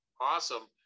awesome